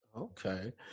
Okay